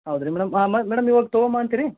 ಹೌದ್ರಿ madam madam ಇವಾಗ ತೊಗೊಂಡ್ಬಾ ಅಂತೀರಿ